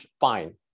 fine